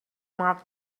mark